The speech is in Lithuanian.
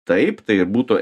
taip tai ir būtų